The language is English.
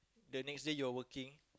the next day you're working